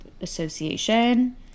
association